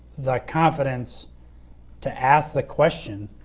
the confidence to ask the question